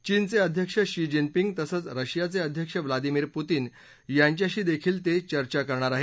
चीनचे अध्यक्ष Xi Jinping तसंच रशिया चे अध्यक्ष व्लादिमिर प्रतीन यांच्यांशी देखील ते चर्चा करणार आहेत